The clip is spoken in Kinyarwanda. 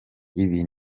ibi